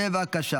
אינו נוכח.